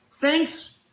Thanks